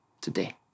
today